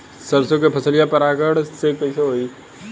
सरसो के फसलिया परागण से कईसे होई?